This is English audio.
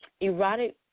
Erotic